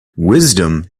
wisdom